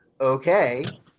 okay